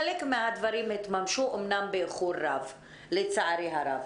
חלק מהדברים התממשו, אומנם באיחור רב, לצערי הרב.